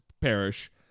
parish